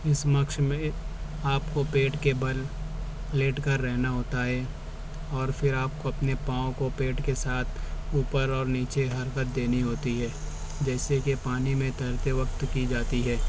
اس مشق میں آپ کو پیٹ کے بل لیٹ کر رہنا ہوتا ہے اور پھر آپ کو اپنے پاؤں کو پیٹ کے ساتھ اوپر اور نیچے حرکت دینی ہوتی ہے جیسے کہ پانی میں تیرتے وقت کی جاتی ہے